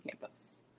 campus